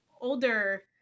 older